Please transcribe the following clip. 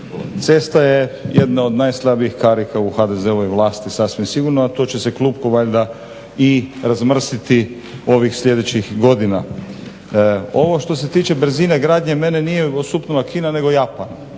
Cesta je jedna od najslabijih karika u HDZ-ovoj vlasti sasvim sigurno, a to će se klupko valjda i razmrsiti ovih sljedećih godina. Ovo što se tiče brzine gradnje mene nije osupnula Kina nego Japan.